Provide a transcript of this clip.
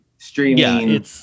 streaming